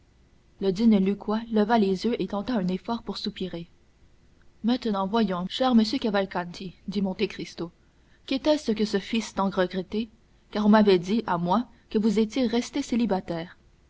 le digne lucquois leva les yeux et tenta un effort pour soupirer maintenant voyons cher monsieur cavalcanti dit monte cristo qu'était-ce que ce fils tant regretté car on m'avait dit à moi que vous étiez resté